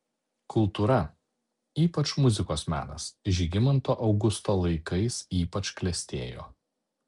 kultūra ypač muzikos menas žygimanto augusto laikais ypač klestėjo